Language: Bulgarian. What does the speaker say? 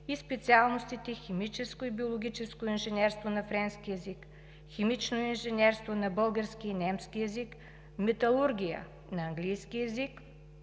в специалностите химическо и биологическо инженерство на френски език, химично инженерство на български и немски език, металургия на английски език